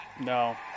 No